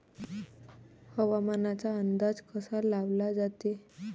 हवामानाचा अंदाज कसा लावला जाते?